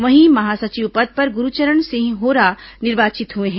वहीं महासचिव पद पर गुरूचरण सिंह होरा निर्वाचित हुए हैं